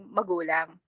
magulang